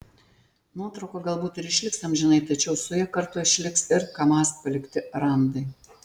nuotrauka galbūt ir išliks amžinai tačiau su ja kartu išliks ir kamaz palikti randai